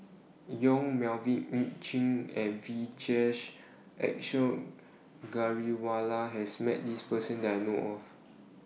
Yong Melvin Yik Chye and Vijesh Ashok Ghariwala has Met This Person that I know of